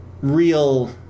real